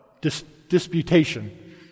disputation